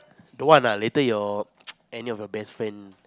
don't want ah later your any of your best friend